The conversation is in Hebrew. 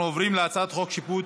אנחנו עוברים להצעת חוק שיפוט